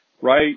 right